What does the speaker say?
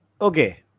okay